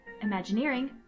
Imagineering